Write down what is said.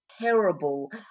terrible